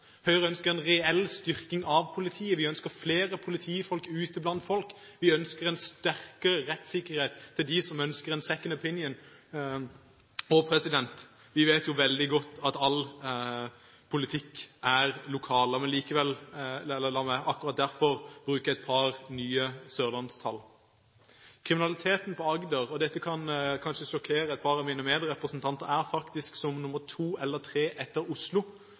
Høyre ønsker en reell styrking av politiet. Vi ønsker flere politifolk ute blant folk. Vi ønsker en sterkere rettssikkerhet for dem som ønsker en «second opinion». Vi vet veldig godt at all politikk er lokal, og la meg akkurat derfor bruke et par nye sørlandstall: Når det gjelder kriminalitet, ligger Agder – dette kan kanskje sjokkere et par av mine medrepresentanter – faktisk som nr. 2 eller 3, etter Oslo,